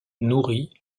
nourri